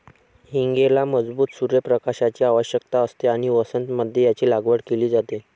हींगेला मजबूत सूर्य प्रकाशाची आवश्यकता असते आणि वसंत मध्ये याची लागवड केली जाते